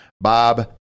Bob